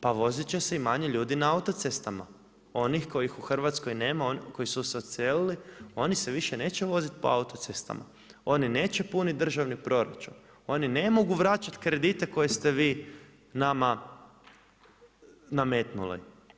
Pa vozit će se i manje ljudi na autocestama onih koji u Hrvatskoj nema koji su se odselili oni se više neće voziti po autocestama, oni neće više puniti državni proračun, oni ne mogu vraćati kredite koje ste vi nama nametnuli.